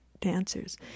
dancers